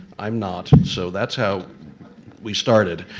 i'm not. so that's how we started.